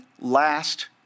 last